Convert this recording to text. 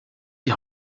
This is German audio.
die